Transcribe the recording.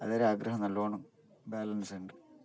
അതൊരു ആഗ്രഹം നല്ലോണം ബാലൻസ് ഉണ്ട്